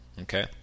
Okay